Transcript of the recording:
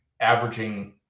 averaging